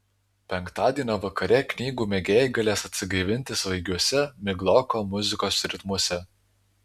penktadienio vakare knygų mėgėjai galės atsigaivinti svaigiuose migloko muzikos ritmuose